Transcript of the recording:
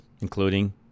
including